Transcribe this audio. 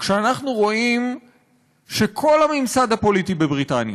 כשאנחנו רואים שכל הממסד הפוליטי בבריטניה,